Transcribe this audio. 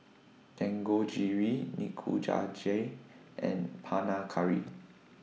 Dangojiru and Panang Curry